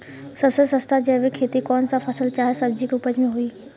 सबसे सस्ता जैविक खेती कौन सा फसल चाहे सब्जी के उपज मे होई?